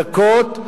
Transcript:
דקות,